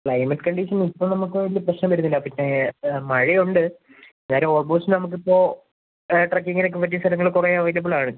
climate condition ഇപ്പം നമുക്ക് വലിയ പ്രശ്നം വരുന്നില്ല പിന്നെ മഴ ഉണ്ട് വേറെ ഓൾമോസ്റ്റ് നമുക്ക് ഇപ്പം ട്രെക്കിംഗിനൊക്കെ പറ്റിയ സ്ഥലങ്ങൾ കുറേ അവൈലബിൾ ആണ്